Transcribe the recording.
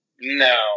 No